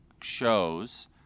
shows